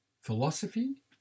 philosophy